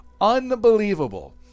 Unbelievable